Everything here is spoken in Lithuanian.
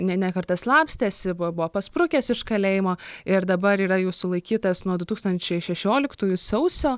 ne ne kartą slapstėsi bu buvo pasprukęs iš kalėjimo ir dabar yra jau sulaikytas nuo du tūkstančiai šešioliktųjų sausio